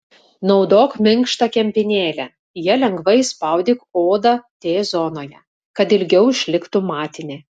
naudok minkštą kempinėlę ja lengvai spaudyk odą t zonoje kad ilgiau išliktų matinė